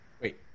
Wait